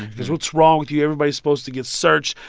he goes, what's wrong with you? everybody's supposed to get searched.